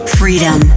freedom